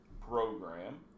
program